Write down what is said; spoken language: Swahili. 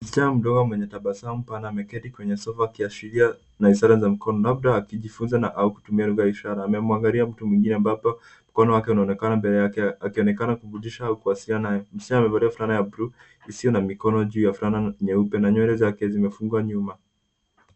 Msichana mdogo mwenye tabasamu pana ameketi kwenye sofa akiashiria na ishara za mikono labda kijifunza au kutumia lugha ya ishara, amemwangalia mtu mwingine amabapo mkono wake unaonekana mbele yake akionekana kumfundisha au kuwsiliana naye. Msichana amevalia fulana ya buluu isiyo na mikono juu ya fulana nyeupe na nywele zake zimefungwa nyuma.